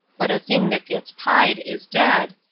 but a thing that gets pied is dead,